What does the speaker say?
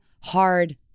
hard